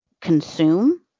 consume